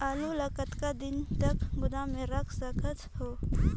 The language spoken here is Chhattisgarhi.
आलू ल कतका दिन तक गोदाम मे रख सकथ हों?